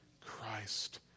Christ